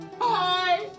Hi